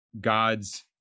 God's